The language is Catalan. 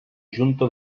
junta